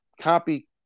copy